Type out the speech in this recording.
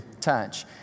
touch